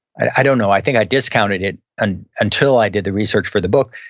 i i don't know, i think i discounted it and until i did the research for the book.